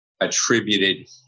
attributed